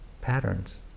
patterns